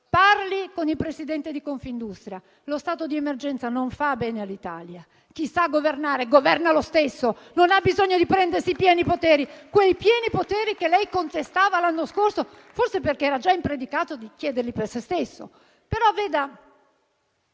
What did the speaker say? parli con il presidente di Confindustria. Lo stato di emergenza non fa bene all'Italia. Chi sa governare governa lo stesso, non ha bisogno di prendersi i pieni poteri, quei pieni poteri che lei contestava l'anno scorso, forse perché era già in predicato di chiederli per sé stesso. Le cito